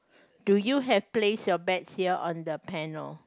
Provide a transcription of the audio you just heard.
do you have place your bets here on the panel